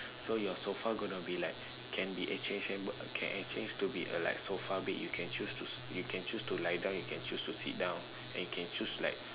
so your sofa going to be like can be exchangeable can exchange to be like a sofa bed you can choose you can choose to lie down you can choose to sit down and can choose like